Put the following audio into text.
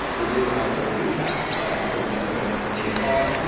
we're doing our critical recap episodes now with our fantastic dani carr,